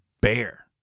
bear